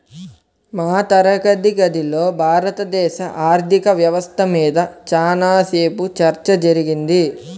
మా తరగతి గదిలో భారతదేశ ఆర్ధిక వ్యవస్థ మీద చానా సేపు చర్చ జరిగింది